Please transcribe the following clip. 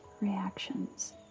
reactions